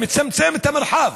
מצמצמת את המרחב